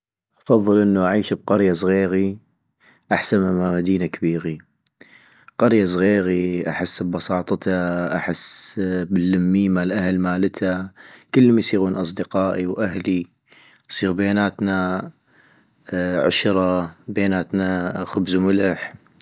افضل انو أعيش لقرية صغيغي احسن مما مدينة كبيغي - قرية صغيغي احسن ابساطتا، احس باللميي مال أهل مالتا ، كلتم يصيغون اصدقائي واهلي يصيغ بيناتنا عشرة ، بيناتنا خبز وملح